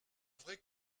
vrai